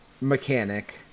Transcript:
mechanic